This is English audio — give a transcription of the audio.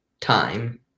Time